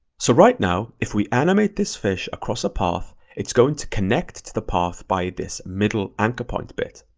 so right now, if we animate this fish across a path, it's going to connect the path by this middle anchor point bit.